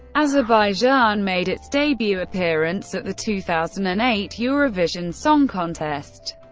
azerbaijan made its debut appearance at the two thousand and eight eurovision song contest.